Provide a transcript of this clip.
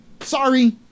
Sorry